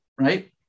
Right